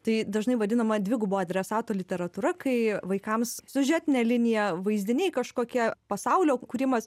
tai dažnai vadinama dvigubo adresato literatūra kai vaikams siužetinė linija vaizdiniai kažkokie pasaulio kūrimas